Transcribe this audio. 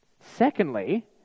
Secondly